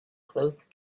close